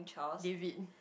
David